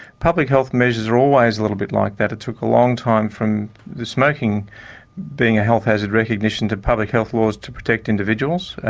public health measures are always a little bit like that. it took a long time from the smoking being a health hazard recognition to public health laws to protect individuals.